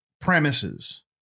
premises